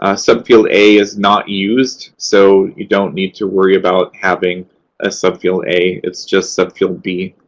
ah subfield a is not used, so you don't need to worry about having a subfield a. it's just subfield b.